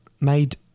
made